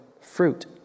fruit